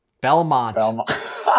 Belmont